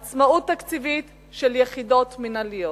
עצמאות תקציבית של יחידות מינהליות.